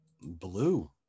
Blue